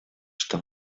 что